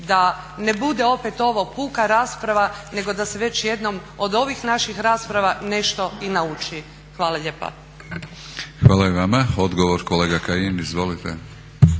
da ne bude opet ovo puka rasprava nego da se već jednom od ovih naših rasprava nešto i nauči. Hvala lijepa. **Batinić, Milorad (HNS)** Hvala i vama. Odgovor kolega Kajin, izvolite.